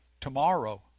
tomorrow